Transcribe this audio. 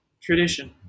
tradition